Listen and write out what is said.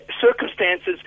circumstances